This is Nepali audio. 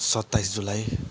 सत्ताइस जुलाई